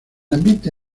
ambiente